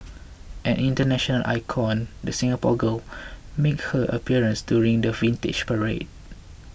an international icon the Singapore girl makes her appearance during the Vintage Parade